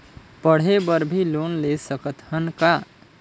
पढ़े बर भी लोन ले सकत हन का?